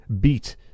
beat